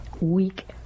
week